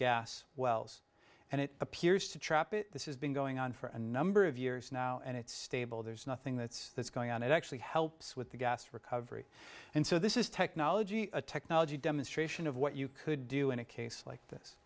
gas wells and it appears to trap it this is been going on for a number of years now and it's stable there's nothing that's that's going on it actually helps with the gas recovery and so this is technology a technology demonstration of what you could do in a case like this